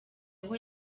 aho